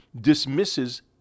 dismisses